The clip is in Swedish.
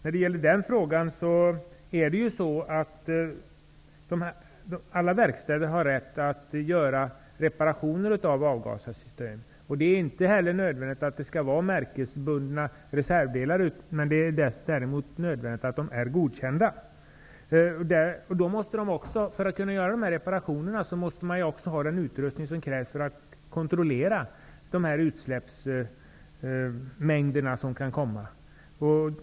Herr talman! Alla verkstäder har rätt att göra reparationer av avgassystem. Det är inte nödvändigt att det är märkesbundna reservdelar, men det är nödvändigt att de är godkända. För att kunna göra dessa reparationer måste man ju också ha den utrustning som krävs för att kontrollera utsläppsmängderna.